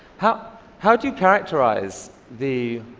how how do you characterize the